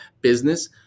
business